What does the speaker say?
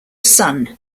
son